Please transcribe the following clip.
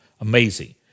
Amazing